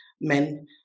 men